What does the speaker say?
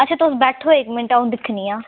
अच्छा तुस बैठो इक मिंट्ट अं'ऊ दिक्खनी आं